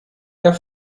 der